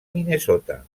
minnesota